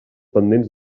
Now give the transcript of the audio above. pendents